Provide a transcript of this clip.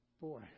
Boy